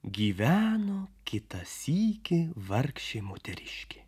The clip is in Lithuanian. gyveno kitą sykį vargšė moteriškė